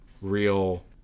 real